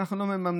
שאנחנו לא מממנים.